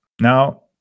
Now